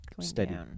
steady